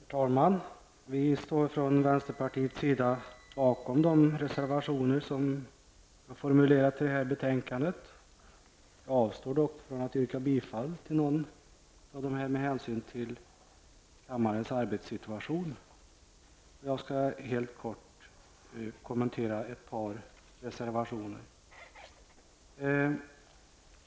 Herr talman! Jag står bakom de reservationer som vänsterpartiet har formulerat till det här betänkandet. Jag avstår dock från att yrka bifall till någon av dem med hänsyn till kammarens arbetssituation. Jag skall helt kort kommentera ett par reservationer.